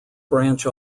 branch